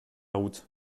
route